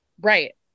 right